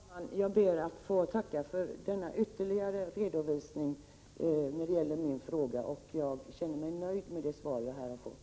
Herr talman! Jag ber att få tacka för denna ytterligare redovisning. Jag känner mig nöjd med det svar som jag har fått.